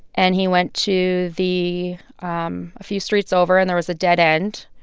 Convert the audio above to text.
and he went to the um a few streets over. and there was a dead end,